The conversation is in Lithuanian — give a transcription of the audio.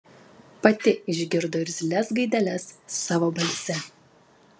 pati išgirdo irzlias gaideles savo balse